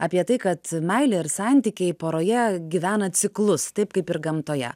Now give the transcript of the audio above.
apie tai kad meilė ir santykiai poroje gyvena ciklus taip kaip ir gamtoje